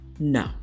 No